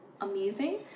amazing